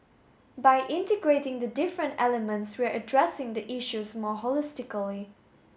by integrating the different elements we are addressing the issues more holistically